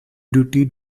duty